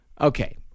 Okay